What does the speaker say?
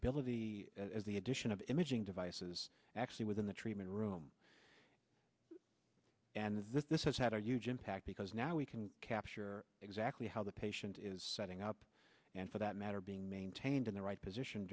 ability as the addition of imaging devices actually within the treatment room and this has had a huge impact because now we can capture exactly how the patient is setting up and for that matter being maintained in the right position